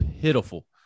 pitiful